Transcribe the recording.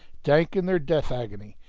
dank in their death agony,